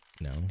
no